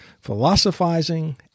philosophizing